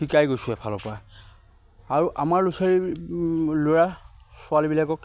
শিকাই গৈছোঁ এফালৰ পৰা আৰু আমাৰ লোচালী ল'ৰা ছোৱালীবিলাকক